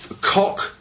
Cock